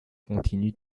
continue